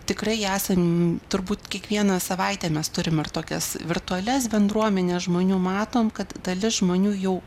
tikrai esam turbūt kiekvieną savaitę mes turim ir tokias virtualias bendruomenes žmonių matom kad dalis žmonių jau